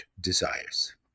desires